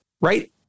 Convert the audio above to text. Right